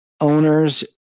owners